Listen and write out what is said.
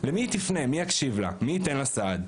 למי היא תפנה, מי יקשיב לה, מי ייתן לה סעד?